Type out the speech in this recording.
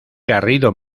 garrido